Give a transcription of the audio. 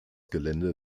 gelände